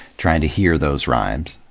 trying to hear those rhymes.